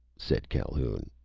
said calhoun.